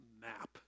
map